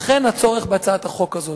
לכן הצורך בהצעת החוק הזאת: